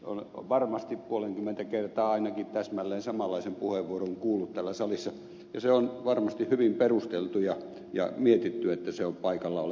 olen varmasti ainakin puolenkymmentä kertaa täsmälleen samanlaisen puheenvuoron kuullut täällä salissa ja on varmasti hyvin perusteltu ja mietitty että se on paikallaan oleva puheenvuoro